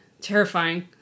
Terrifying